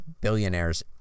billionaires